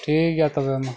ᱴᱷᱤᱠ ᱜᱮᱭᱟ ᱛᱚᱵᱮ ᱢᱟ